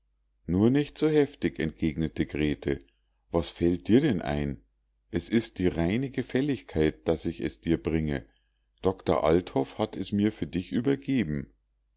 nur nicht so heftig entgegnete grete was fällt dir denn ein es ist die reine gefälligkeit daß ich es dir bringe doktor althoff hat es mir für dich übergeben